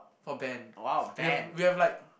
for band we have we have like